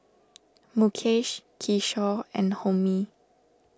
Mukesh Kishore and Homi